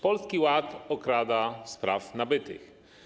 Polski Ład okrada z praw nabytych.